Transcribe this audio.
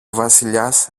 βασιλιάς